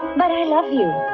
but i love you.